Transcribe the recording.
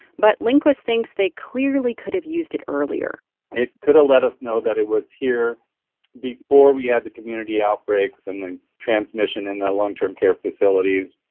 but lindquist thinks they clearly could have used it earlier it could have let us know that it was here before we had the community outbreaks and the transmission in the long-term care facilities.